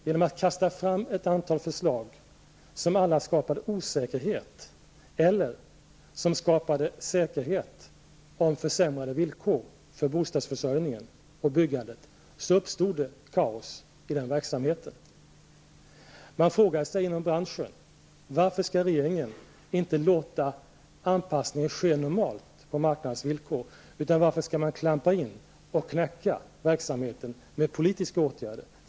Genom att regeringen kastade fram ett antal förslag som alla skapade osäkerhet, eller skapade säkerhet om försämrade villkor för bostadsförsörjningen och byggandet, uppstod det kaos i den verksamheten. Man frågar sig inom branschen: Varför skall regeringen inte låta anpassningen ske normalt på marknadens villkor? Varför skall man klampa in och knäcka verksamheten med politiska åtgärder?